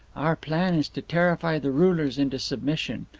our plan is to terrify the rulers into submission.